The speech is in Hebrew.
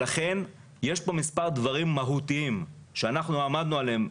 לכן יש פה מספר דברים מהותיים שאנחנו עמדנו עליהם,